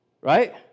Right